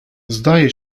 zdaje